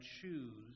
choose